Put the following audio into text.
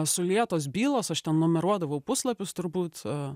sulietos bylos aš ten numeruodavau puslapius turbūt